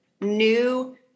new